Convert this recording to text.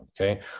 Okay